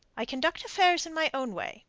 i conduct affairs in my own way.